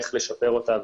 איך לשפר אותה.